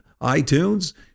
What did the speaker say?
iTunes